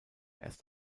erst